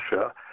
Russia